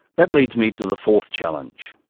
that leads me to the fourth challenge.